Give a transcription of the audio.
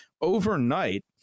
overnight